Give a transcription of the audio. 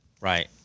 right